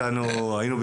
שלנו